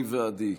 ניב ועדי.